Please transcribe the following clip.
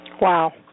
Wow